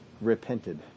repented